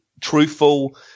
truthful